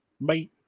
Bye